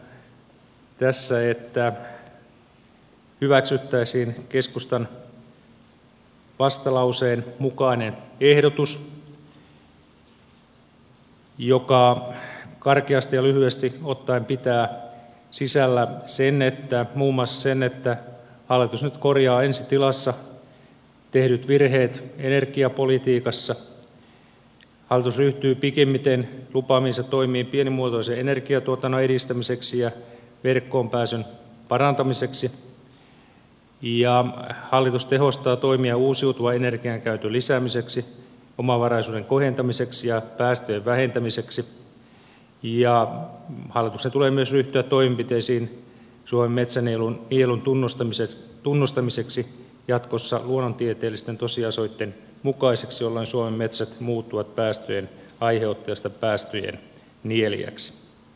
ehdotankin tässä että hyväksyttäisiin keskustan vastalauseen mukainen ehdotus joka karkeasti ja lyhyesti ottaen pitää sisällään muun muassa sen että hallitus nyt korjaa ensi tilassa tehdyt virheet energiapolitiikassa hallitus ryhtyy pikimmiten lupaamiinsa toimiin pienimuotoisen energiantuotannon edistämiseksi ja verkkoon pääsyn parantamiseksi ja hallitus tehostaa toimia uusiutuvan energian käytön lisäämiseksi omavaraisuuden kohentamiseksi ja päästöjen vähentämiseksi ja hallituksen tulee myös ryhtyä toimenpiteisiin suomen metsänielun tunnustamiseksi jatkossa luonnontieteellisten tosiasioitten mukaiseksi jolloin suomen metsät muuttuvat päästöjen aiheuttajasta päästöjen nielijäksi